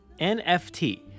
NFT